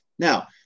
Now